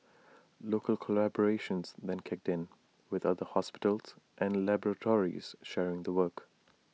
local collaborations then kicked in with other hospitals and laboratories sharing the work